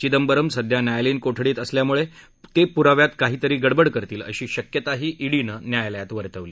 चिंदबरम् सध्या न्यायालयीन कोठडीत असल्यामुळे पुराव्यात काही ते गडबड करतील अशी शक्यता ईडीनं न्यायालयात वर्तवली